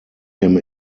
him